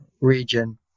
region